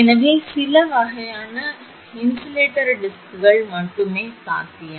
எனவே சில வகையான இன்சுலேட்டர் டிஸ்க்குகள் மட்டுமே சாத்தியம்